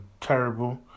terrible